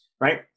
Right